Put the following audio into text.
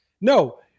No